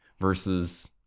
versus